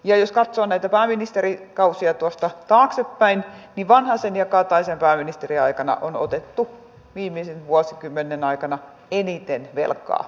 ja jos katsoo näitä pääministerikausia tuosta taaksepäin niin vanhasen ja kataisen pääministeriaikana on otettu viimeisen vuosikymmenen aikana eniten velkaa tähän maahan